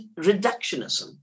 reductionism